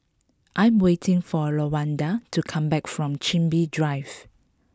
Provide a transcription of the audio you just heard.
I am waiting for Lawanda to come back from Chin Bee Drive